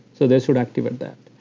so they should active ah that.